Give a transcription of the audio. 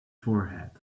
forehead